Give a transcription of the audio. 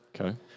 Okay